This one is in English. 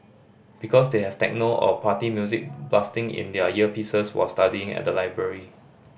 because they have techno or party music blasting in their earpieces while studying at the library